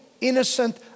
innocent